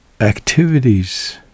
activities